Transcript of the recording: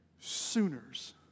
Sooners